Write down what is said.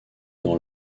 dans